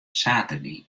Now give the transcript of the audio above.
saterdei